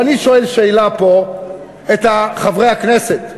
ואני שואל פה שאלה את חברי הכנסת: